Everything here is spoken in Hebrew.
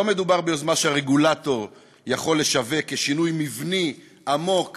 לא מדובר ביוזמה שהרגולטור יכול לשווק כשינוי מבני עמוק